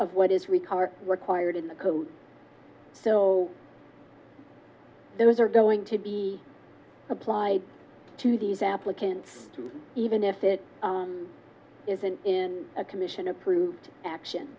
of what is required required in the code so those are going to be applied to these applicants even if it isn't in a commission approved